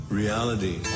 reality